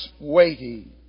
waiting